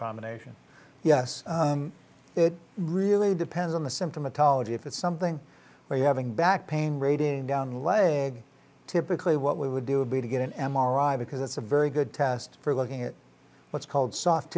combination yes it really depends on the symptomatology if it's something where you having back pain radiating down leg typically what we would do would be to get an m r i because that's a very good test for looking at what's called soft